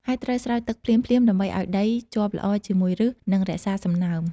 ហើយត្រូវស្រោចទឹកភ្លាមៗដើម្បីឱ្យដីជាប់ល្អជាមួយឫស និងរក្សាសំណើម។